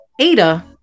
Ada